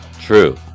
True